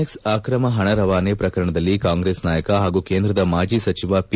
X ಆಕ್ರಮ ಪಣ ರವಾನೆ ಪ್ರಕರಣದಲ್ಲಿ ಕಾಂಗ್ರೆಸ್ ನಾಯಕ ಹಾಗೂ ಕೇಂದ್ರದ ಮಾಜಿ ಸಚವ ಪಿ